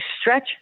stretch